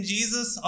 Jesus